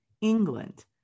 england